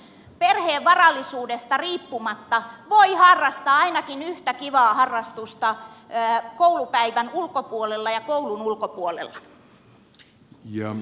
miten hallitus takaa että ihan jokainen suomalainen lapsi perheen varallisuudesta riippumatta voi harrastaa ainakin yhtä kivaa harrastusta koulupäivän ulkopuolella ja koulun ulkopuolella